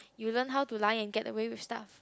you learn how to lie and get away with stuff